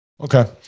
Okay